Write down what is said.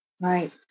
Right